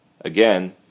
again